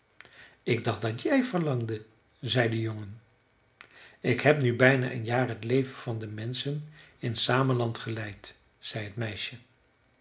ik dacht dat jij verlangde zei de jongen ik heb nu bijna een jaar het leven van de menschen in sameland geleid zei het meisje